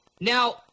now